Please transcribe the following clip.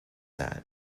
that